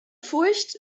furcht